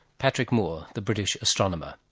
patrick moore, the british astronomer.